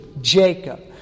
Jacob